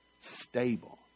stable